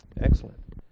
Excellent